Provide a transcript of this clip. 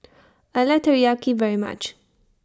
I like Teriyaki very much